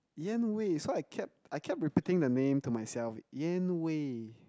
Yan-Wei so I kept I kept repeating the name to myself Yan-Wei